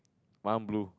mine one blue